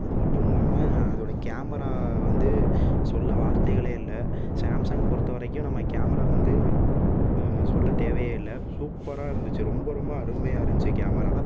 அதுமட்டும் இல்லாமல் அதோட கேமரா வந்து சொல்ல வார்த்தைகளே இல்லை சாம்சங் பொறுத்தவரைக்கும் நம்ம கேமரா வந்து சொல்லத் தேவையே இல்லை சூப்பராக இருந்துச்சு ரொம்ப ரொம்ப அருமையாக இருந்துச்சு கேமரா